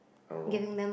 I don't know